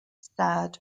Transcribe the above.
sad